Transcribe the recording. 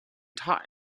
taught